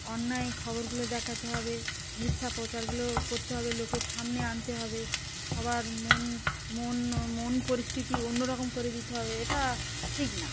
অন্যায় খবরগুলো দেখাতে হবে মিথ্যা প্রচারগুলো করতে হবে লোকের সামনে আনতে হবে সবার মন মন মন পরিস্থিতি অন্যরকম করে দিতে হবে এটা ঠিক না